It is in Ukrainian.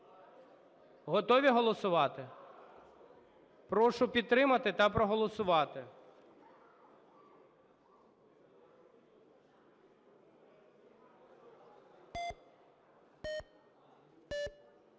Готові голосувати? Прошу підтримати та проголосувати.